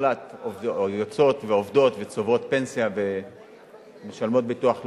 המוחלט יוצאות ועובדות וצוברות פנסיה ומשלמות ביטוח לאומי.